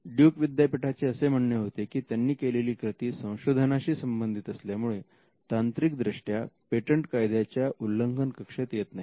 duke विद्यापीठाचे असे म्हणणे होते की त्यांनी केलेली कृती संशोधनाशी संबंधित असल्यामुळे तांत्रिकदृष्ट्या पेटंट कायद्याच्या उल्लंघन कक्षेत येत नाही